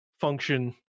function